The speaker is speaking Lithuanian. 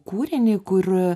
kūrinį kur